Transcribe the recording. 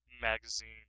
magazine